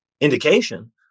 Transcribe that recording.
indication